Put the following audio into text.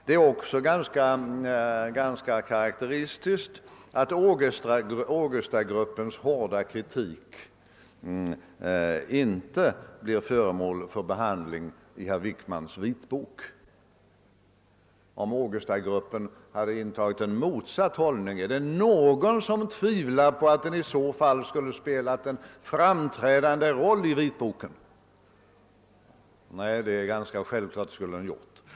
Det är också karakteristiskt att Ågestagruppens hårda kritik inte blir föremål för behandling i herr Wickmans vitbok. Är det någon som tvivlar på att Ågestagruppen skulle ha spelat en framträdande roll i vitboken om den intagit motsatt hållning? Nej, det skulle den naturligtvis ha gjort.